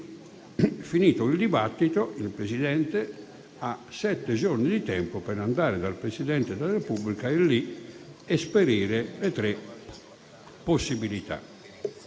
finito il quale il Presidente ha sette giorni di tempo per andare dal Presidente della Repubblica ed esperire le tre possibilità.